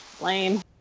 Lame